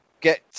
Get